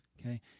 Okay